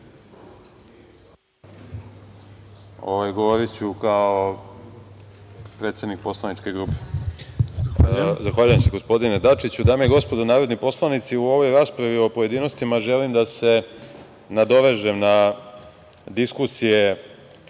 govoriću kao predsednik poslaničke grupe. Zahvaljujem se gospodine Dačiću. Dame i gospodo narodni poslanici, u ovoj raspravi u pojedinostima želim da se nadovežem na diskusije